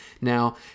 Now